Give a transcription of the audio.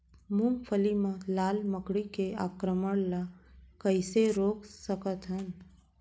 मूंगफली मा लाल मकड़ी के आक्रमण ला कइसे रोक सकत हन?